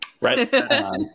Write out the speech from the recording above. Right